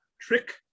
trick